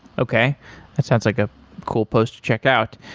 okay. that sounds like a cool post to check out.